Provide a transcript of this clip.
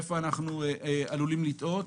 איפה אנחנו עלולים לטעות,